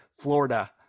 Florida